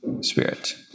Spirit